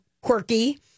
quirky